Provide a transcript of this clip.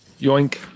yoink